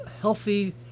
healthy